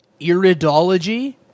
Iridology